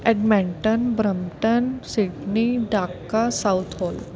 Edmonton Brampton Sydney Dhaka southall